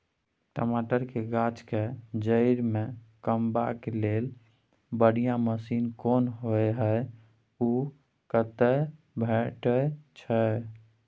टमाटर के गाछ के जईर में कमबा के लेल बढ़िया मसीन कोन होय है उ कतय भेटय छै?